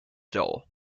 door